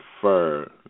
prefer